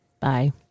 Bye